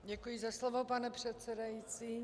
Děkuji za slovo, pane předsedající.